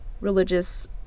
religious